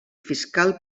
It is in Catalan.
fiscal